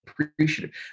appreciative